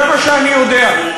זה מה שאני יודע,